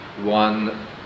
one